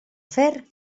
fer